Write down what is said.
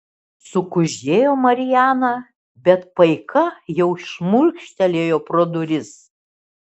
sukuždėjo mariana bet paika jau šmurkštelėjo pro duris